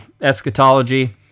eschatology